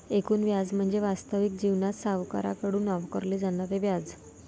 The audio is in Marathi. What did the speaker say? एकूण व्याज म्हणजे वास्तविक जीवनात सावकाराकडून आकारले जाणारे व्याज